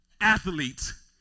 athletes